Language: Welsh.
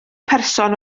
person